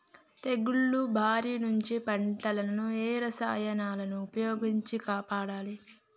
తెగుళ్ల బారి నుంచి పంటలను ఏ రసాయనాలను ఉపయోగించి కాపాడాలి?